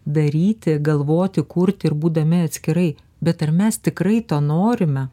daryti galvoti kurti ir būdami atskirai bet ar mes tikrai to norime